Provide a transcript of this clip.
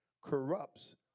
corrupts